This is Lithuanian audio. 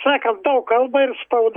sakant kalba ir spauda